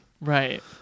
Right